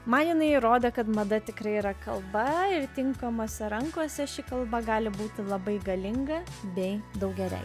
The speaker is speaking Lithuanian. man jinai įrodė kad mada tikrai yra kalba ir tinkamose rankose ši kalba gali būti labai galinga bei daugeliui